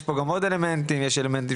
יש פה גם עוד אלמנטים ויש את האלמנטים